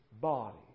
body